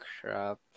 crap